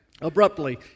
abruptly